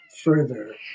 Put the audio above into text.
further